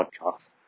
podcast